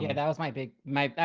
yeah that was my big, my,